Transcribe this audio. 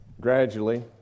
gradually